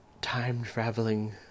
time-traveling